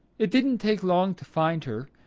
it didn't take long to find her.